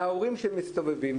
מההורים שמסתובבים?